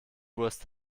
wurst